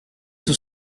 tout